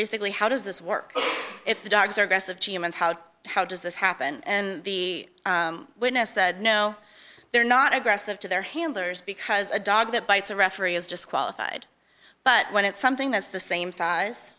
basically how does this work if the dogs are aggressive g m and how how does this happen and the witness said no they're not aggressive to their handlers because a dog that bites a referee is disqualified but when it's something that's the same size